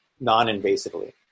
non-invasively